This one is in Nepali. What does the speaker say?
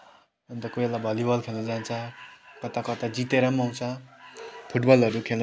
अन्त कोही बेला भलिबल खेल्नु जान्छ कता कता जितेर पनि आउँछ फुटबलहरू खेल्न जान्छ